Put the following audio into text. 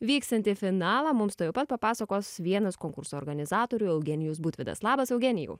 vyksiantį finalą mums tuojau pat papasakos vienas konkurso organizatorių eugenijus butvydas labas eugenijau